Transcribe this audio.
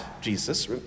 Jesus